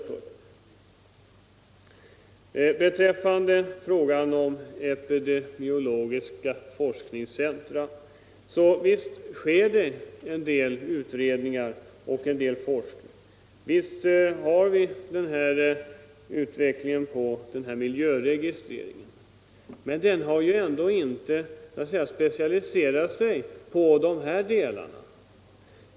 Vad beträffar epidemiologiska forskningscentra vill jag säga att visst sker det vissa utredningar och en del forskning. Visst pågår det en utveckling i fråga om miljöregistrering, men den verksamheten har inte specialiserat sig på arbetsmiljöerna.